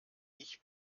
ich